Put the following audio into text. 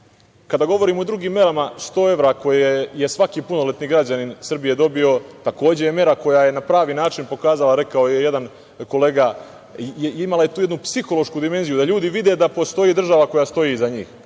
govorimo o drugim merama, 100 evra koje je svaki punoletni građanin Srbije dobio takođe je mera koja je na pravi način pokazala, rekao je jedan kolega, imala je tu jednu psihološku dimenziju, da ljudi vide da postoji država koja stoji iza njih,